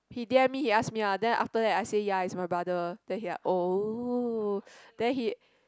he d_m me he asked me ah then after that I say ya it's my brother then he like oh then he